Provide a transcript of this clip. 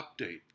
update